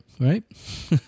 right